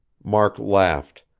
mark laughed.